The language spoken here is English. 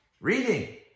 Reading